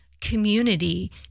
community